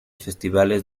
festivales